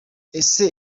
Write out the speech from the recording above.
ese